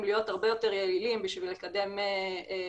להיות הרבה יותר יעילים כדי לקדם להנגיש